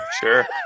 Sure